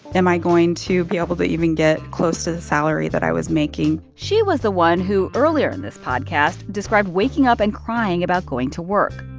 am i going to be able to even get close to the salary that i was making? she was the one who earlier in this podcast described waking up and crying about going to work.